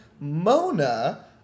Mona